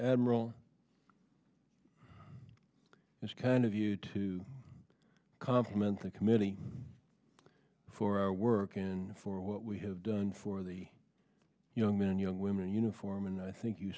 admiral it's kind of you to compliment the committee for our work in for what we have done for the young men and young women in uniform and i think you